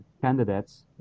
candidates